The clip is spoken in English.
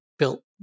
built